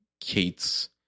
Kate's